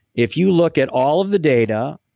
if you look at all of the data,